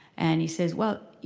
and he says, well,